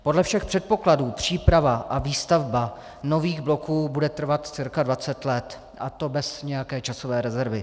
Podle všech předpokladů příprava a výstavba nových bloků bude trvat cca dvacet let, a to bez nějaké časové rezervy.